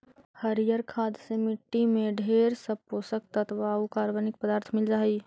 हरियर खाद से मट्टी में ढेर सब पोषक तत्व आउ कार्बनिक पदार्थ मिल जा हई